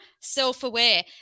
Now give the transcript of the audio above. self-aware